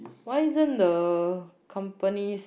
why isn't the companies